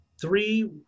three